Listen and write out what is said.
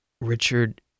Richard